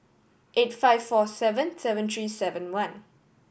eight five four seven seven three seven one